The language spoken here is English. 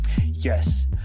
Yes